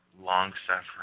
long-suffering